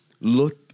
look